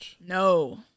No